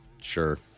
Sure